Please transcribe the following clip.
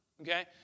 okay